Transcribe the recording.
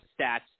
stats